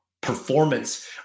performance